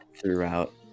throughout